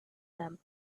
them